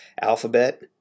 Alphabet